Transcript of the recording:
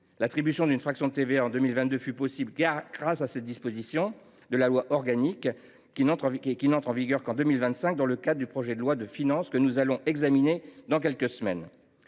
L’attribution d’une fraction de TVA fut possible en 2022, car cette disposition de la loi organique n’entre en vigueur qu’en 2025, dans le cadre du projet de loi de finances que nous allons examiner dans quelques semaines.